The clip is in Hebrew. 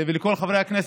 ולכל חברי הכנסת,